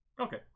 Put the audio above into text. okay